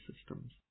systems